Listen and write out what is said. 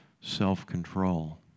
self-control